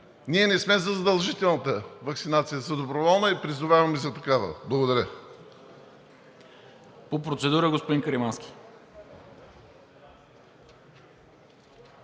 Ние не сме за задължителната ваксинация – за доброволна, и призоваваме за такава. Благодаря.